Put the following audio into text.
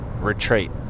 retreat